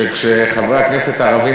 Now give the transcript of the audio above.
שכשחברי הכנסת הערבים,